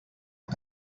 que